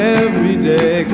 everyday